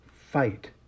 fight